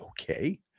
Okay